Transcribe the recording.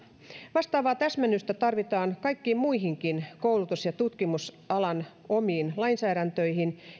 vastaavaa täsmennystä tarvitaan kaikkiin muihinkin koulutus ja tutkimusalan omiin lainsäädäntöihin